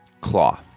cloth